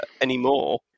anymore